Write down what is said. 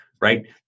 right